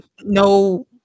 no